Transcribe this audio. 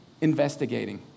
investigating